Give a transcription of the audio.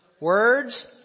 Words